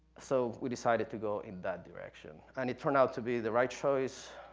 so we decided to go in that direction, and it turned out to be the right choice,